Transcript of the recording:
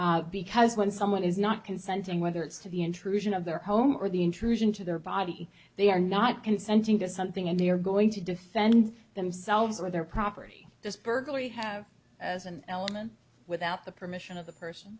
that because when someone is not consenting whether it's to the intrusion of their home or the intrusion into their body they are not consenting to something and they are going to defend themselves or their property this burglary have as an element without the permission of the person